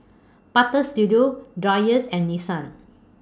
Butter Studio Dreyers and Nissan